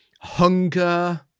hunger